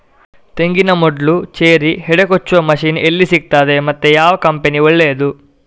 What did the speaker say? ತೆಂಗಿನ ಮೊಡ್ಲು, ಚೇರಿ, ಹೆಡೆ ಕೊಚ್ಚುವ ಮಷೀನ್ ಎಲ್ಲಿ ಸಿಕ್ತಾದೆ ಮತ್ತೆ ಯಾವ ಕಂಪನಿ ಒಳ್ಳೆದು?